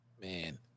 Man